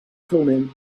thummim